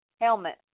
helmet